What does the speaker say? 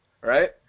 right